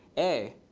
a.